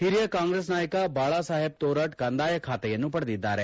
ಹಿರಿಯ ಕಾಂಗ್ರೆಸ್ ನಾಯಕ ಬಾಳಾ ಸಾಹೆಬ್ ತೋರಟ್ ಕಂದಾಯ ಖಾತೆಯನ್ನು ಪಡೆದಿದ್ದಾರೆ